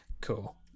cool